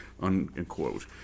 unquote